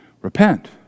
Repent